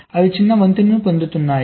అవి చిన్న వంతెనను పొందుతున్నాయి